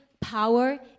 power